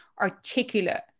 articulate